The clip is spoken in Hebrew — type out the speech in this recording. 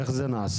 איך זה נעשה?